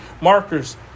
markers